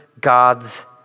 God's